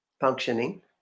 functioning